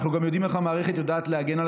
אנחנו גם יודעים איך המערכת יודעת להגן על